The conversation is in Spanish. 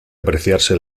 apreciarse